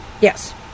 Yes